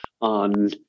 on